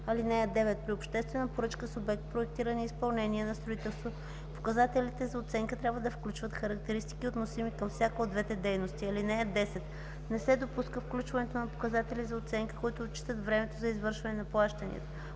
(9) При обществена поръчка с обект проектиране и изпълнение на строителство показателите за оценка трябва да включват характеристики, относими към всяка от двете дейности. (10) Не се допуска включването на показатели за оценка, които отчитат времето за извършване на плащанията